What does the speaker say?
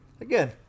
again